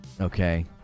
okay